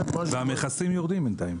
והמכסים יורדים בינתיים.